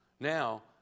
Now